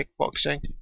Kickboxing